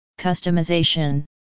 Customization